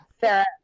Sarah